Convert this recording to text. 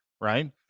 right